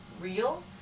real